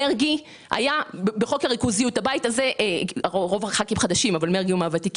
חבר הכנסת מרגי, כרכת בכריכה אחת